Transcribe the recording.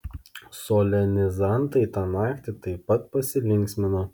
solenizantai tą naktį taip pat pasilinksmino